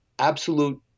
absolute